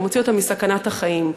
ומוציא אותם מסכנת החיים.